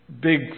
big